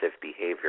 behavior